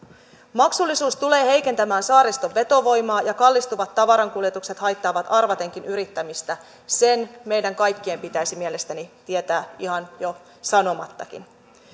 maksullisuus tulee heikentämään saariston vetovoimaa ja kallistuvat tavarankuljetukset haittaavat arvatenkin yrittämistä se meidän kaikkien pitäisi mielestäni tietää ihan jo sanomattakin